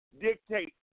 dictate